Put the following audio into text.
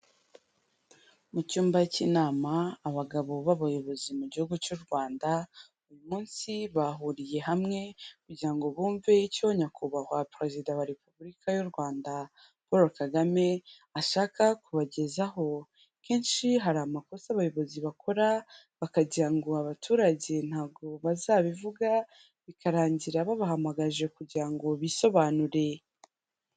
Mu cyumba cy'inama abagabo b'abayobozi mu gihugu cy'u Rwanda, uyu munsi bahuriye hamwe kugira ngo bumve icyo nyakubahwa perezida wa Repubulika y'u Rwanda Paul Kagame ashaka kubagezaho. Akenshi hari amakosa abayobozi bakora bakagirango abaturage ntabwo bazabivuga, bikarangira babahamagaje kugira ngo bisobanure.